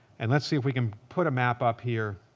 and let's see if we can put a map up here.